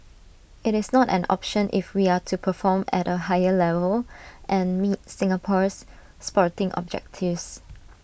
IT is not an option if we are to perform at A higher level and meet Singapore's sporting objectives